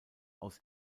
aus